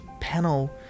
panel